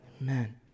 Amen